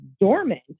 dormant